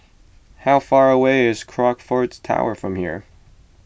how far away is Crockfords Tower from here